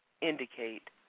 indicate